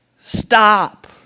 stop